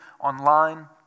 online